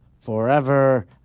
forever